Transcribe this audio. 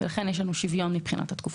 לכן, יש לנו שוויון מבחינת התקופות.